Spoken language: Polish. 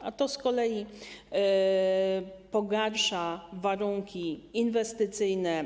Natomiast to z kolei pogarsza warunki inwestycyjne,